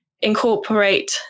incorporate